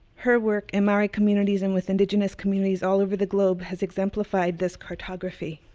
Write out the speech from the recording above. her work in maori communities and with indigenous communities all over the globe has exemplified this cartography.